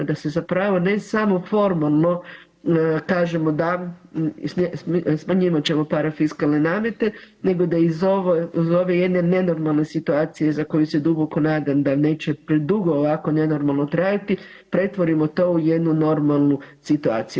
Da se zapravo ne samo formalno kažemo da smanjivat ćemo parafiskalne namete nego da iz ove jedne nenormalne situacije za koju se duboko nadam da neće predugo ovako nenormalno trajati pretvorimo to u jednu normalnu situaciju.